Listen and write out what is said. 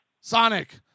Sonic